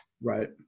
Right